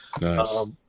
Nice